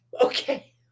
Okay